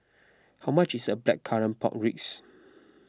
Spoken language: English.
how much is Blackcurrant Pork Ribs